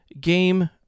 game